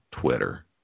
Twitter